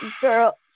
girl